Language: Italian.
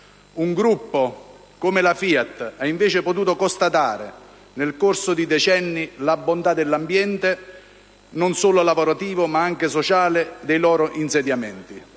Un gruppo come la FIAT ha invece potuto constatare, nel corso di decenni, la bontà dell'ambiente, non solo lavorativo ma anche sociale, dei loro insediamenti.